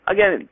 Again